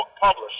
published